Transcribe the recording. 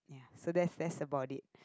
so that's that's about it